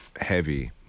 heavy